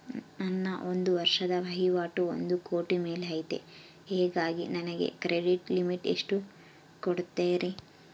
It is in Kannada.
ನನ್ನ ಒಂದು ವರ್ಷದ ವಹಿವಾಟು ಒಂದು ಕೋಟಿ ಮೇಲೆ ಐತೆ ಹೇಗಾಗಿ ನನಗೆ ಕ್ರೆಡಿಟ್ ಲಿಮಿಟ್ ಎಷ್ಟು ಕೊಡ್ತೇರಿ?